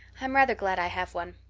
i'm rather glad i have one.